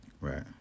right